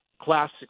classic